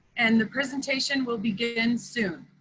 and the presentation will begin soon.